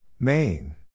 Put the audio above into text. Main